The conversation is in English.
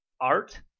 art